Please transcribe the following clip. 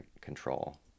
control